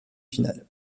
finale